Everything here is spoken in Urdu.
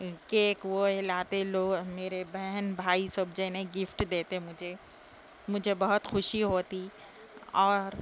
کیک وہ لاتے میرے بہن بھائی سب جنے گفٹ دیتے مجھے مجھے بہت خوشی ہوتی اور